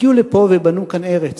הגיעו לפה ובנו כאן ארץ.